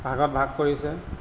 ভাগত ভাগ কৰিছে